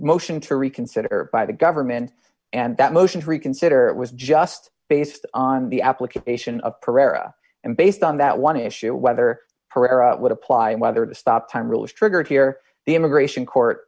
motion to reconsider by the government and that motion to reconsider it was just based on the application of pereira and based on that one issue whether pereira would apply whether to stop time rule is triggered here the immigration court